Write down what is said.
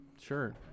Sure